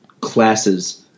classes